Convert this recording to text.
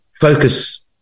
focus